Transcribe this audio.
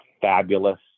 fabulous